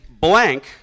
Blank